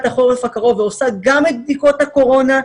החורף הקרוב ועושה גם את בדיקות הקורונה,